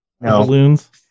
Balloons